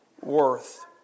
worth